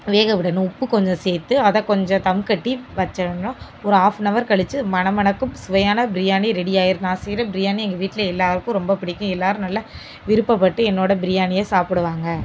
வேக விடணும் உப்பு கொஞ்சம் சேர்த்து அதை கொஞ்சம் தம் கட்டி வச்சிடணும் ஒரு ஆஃப் அன் அவர் கழித்து மணமணக்கும் சுவையான பிரியாணி ரெடியாகிரும் நான் செய்கிற பிரியாணி எங்கள் வீட்டில் எல்லோருக்கும் ரொம்ப பிடிக்கும் எல்லோரும் நல்லா விருப்பப்பட்டு என்னோட பிரியாணியை சாப்பிடுவாங்க